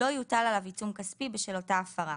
לא יוטל עליו עיצום כספי בשל אותה הפרה.